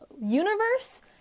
universe